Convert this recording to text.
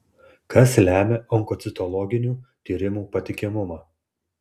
kas lemia onkocitologinių tyrimų patikimumą